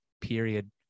period